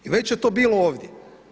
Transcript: I već je to bilo ovdje.